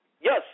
yes